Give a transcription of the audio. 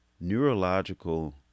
neurological